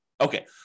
Okay